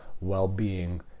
well-being